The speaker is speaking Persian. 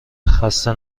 خسته